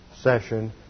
session